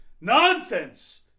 nonsense